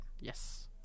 yes